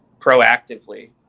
proactively